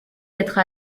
être